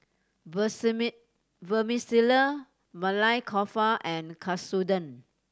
Vermicelli Maili Kofta and Katsudon